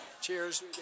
Cheers